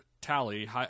tally